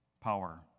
power